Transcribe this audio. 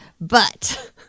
But-